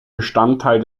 bestandteil